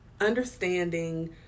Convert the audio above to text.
understanding